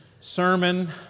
sermon